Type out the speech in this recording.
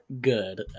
good